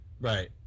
Right